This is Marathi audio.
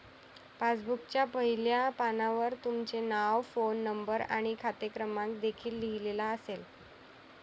पासबुकच्या पहिल्या पानावर तुमचे नाव, फोन नंबर आणि खाते क्रमांक देखील लिहिलेला असेल